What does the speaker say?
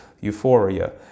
euphoria